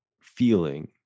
feeling